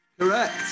correct